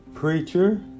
preacher